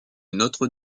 notre